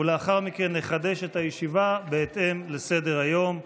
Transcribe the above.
ולאחר מכן נחדש את הישיבה בהתאם לסדר-היום.